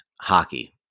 hockey